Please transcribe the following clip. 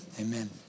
Amen